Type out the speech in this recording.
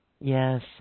Yes